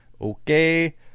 okay